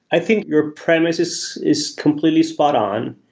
i think your premises is completely spot on.